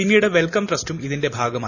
പിന്നീട് വെൽക്കം ട്രസ്റ്റൂട്ട് ഇതിന്റെ ഭാഗമായി